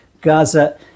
Gaza